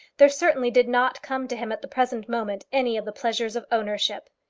there certainly did not come to him at the present moment any of the pleasures of ownership.